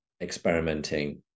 experimenting